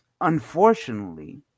unfortunately